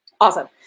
awesome